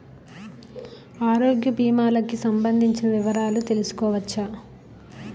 ఆరోగ్య భీమాలకి సంబందించిన వివరాలు తెలుసుకోవచ్చా?